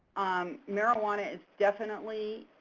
um marijuana is definitely